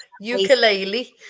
ukulele